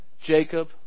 Jacob